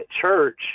church